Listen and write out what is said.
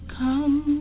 come